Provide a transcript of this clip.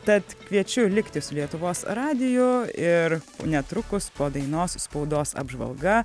tad kviečiu likti su lietuvos radiju ir netrukus po dainos spaudos apžvalga